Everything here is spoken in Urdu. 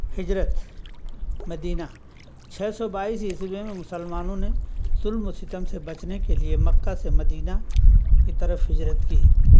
ہجرت مدینہ چھ سو بائیس عیسوی میں مسلمانوں نے ظلم و ستم سے بچنے کے لیے مکہ سے مدینہ کی طرف ہجرت کی